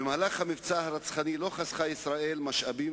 במהלך המבצע הרצחני לא חסכה ישראל משאבים,